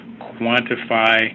quantify